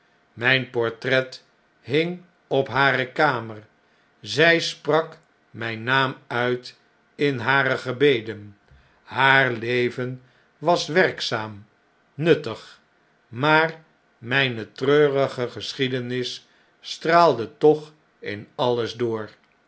myn portret hing op hare kamer zg sprak myn naam uit in hare gebeden haar leven was werkzaam nuttig maar myne treurige geschiedenis straaldetoch in alles door